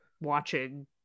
watching